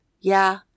Yeah